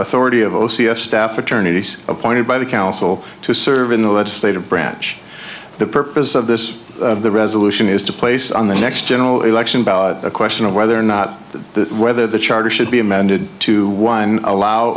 authority of o c s staff attorneys appointed by the counsel to serve in the legislative branch the purpose of this resolution is to place on the next general election about a question of whether or not to whether the charter should be amended to one allow